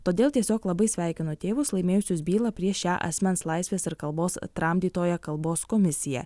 todėl tiesiog labai sveikinu tėvus laimėjusius bylą prieš šią asmens laisvės ir kalbos tramdytoją kalbos komisiją